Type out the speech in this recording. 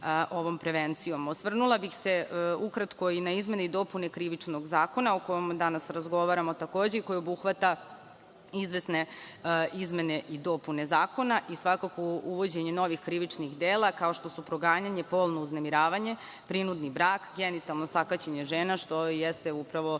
prevencijom. Osvrnula bih se ukratko i na izmene i dopune Krivičnog zakona o kome danas razgovaramo i obuhvata izvesne izmene i dopune zakona i svakako uvođenje novih krivičnih dela, kao što su: proganjanje, polno uznemiravanja, prinudni brak, genitalno sakaćenje žena, što jeste upravo